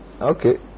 Okay